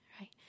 right